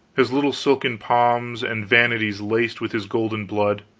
his little silken pomps and vanities laced with his golden blood.